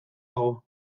dago